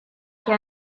che